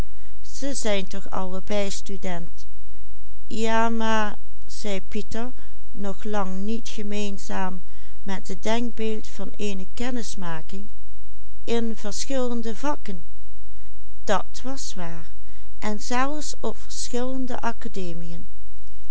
denkbeeld van eene kennismaking in verschillende vakken dat was waar en zelfs op verschillende academiën